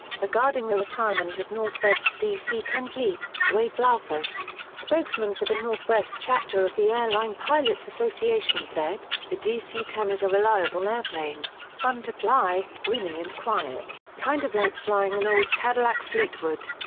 regarding the retirement of northwest's dc ten fleet, wade blaufuss, spokesman for the northwest chapter of the air line pilots association said, the dc ten is a reliable airplane, fun to fly, roomy and quiet, kind of like flying an old cadillac fleetwood.